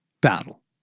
battle